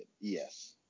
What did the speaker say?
yes